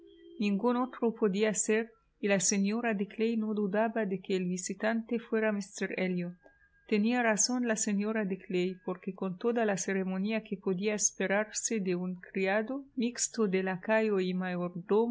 ninguno otro podía ser y la señora de clay no dudaba de que el visitante fuera míster elliot tenía razón la señora de clay porque con toda la ceremonia que podía esperarse de un criado mixto de lacayo